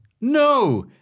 No